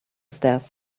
stairs